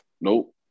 nope